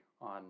on